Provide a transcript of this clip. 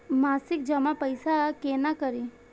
मासिक जमा पैसा केना करी?